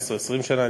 15 או 20 שנה,